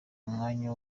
umwanya